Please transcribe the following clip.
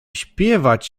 śpiewać